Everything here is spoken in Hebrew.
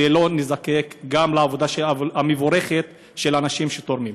ולא נזדקק לעבודה המבורכת של האנשים שתורמים.